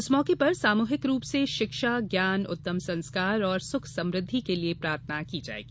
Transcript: इस मौके पर सामूहिक रूप से शिक्षा ज्ञान उत्तम संस्कार और सुख समृद्धि के लिये प्रार्थना की जाएगी